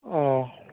অ